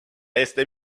jestem